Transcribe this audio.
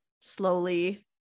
slowly